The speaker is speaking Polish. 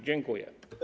Dziękuję.